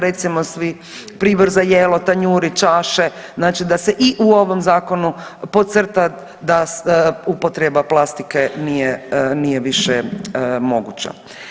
Recimo svi, pribor za jelo, tanjuri, čaše, znači da se i u ovom zakonu podcrta da upotreba plastike nije više moguća.